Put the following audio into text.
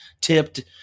tipped